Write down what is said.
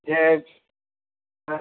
छथि